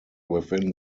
within